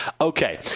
okay